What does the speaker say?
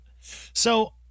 So-